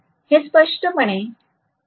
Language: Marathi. हे स्पष्टपणे 30 डिग्री आहे